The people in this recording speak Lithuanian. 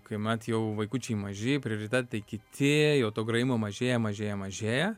kai mat jau vaikučiai maži prioritetai kiti jau to grojimo mažėja mažėja mažėja